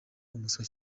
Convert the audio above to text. umuswa